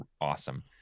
awesome